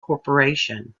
corporation